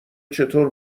چطور